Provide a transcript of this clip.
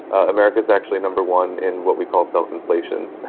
america is actually number one in what we call self-inflation.